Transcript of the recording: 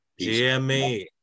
gme